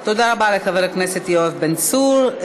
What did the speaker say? תודה רבה לחבר הכנסת יואב בן צור.